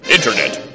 Internet